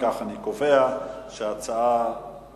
אם כך, אני קובע שההצעה לסדר-היום